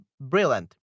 brilliant